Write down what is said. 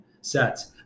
sets